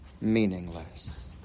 meaningless